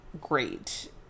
great